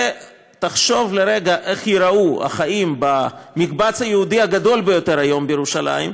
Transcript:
תחשוב רגע איך ייראו החיים במקבץ היהודי הגדול ביותר היום בירושלים,